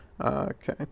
Okay